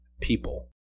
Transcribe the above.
people